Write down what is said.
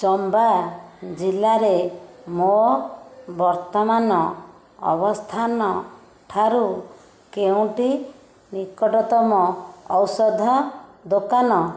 ଚାମ୍ବା ଜିଲ୍ଲାରେ ମୋ ବର୍ତ୍ତମାନ ଅବସ୍ଥାନ ଠାରୁ କେଉଁଟି ନିକଟତମ ଔଷଧ ଦୋକାନ